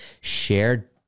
shared